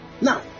Now